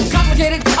Complicated